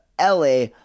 LA